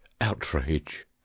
outrage